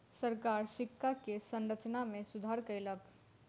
सरकार सिक्का के संरचना में सुधार कयलक